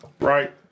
Right